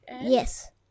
Yes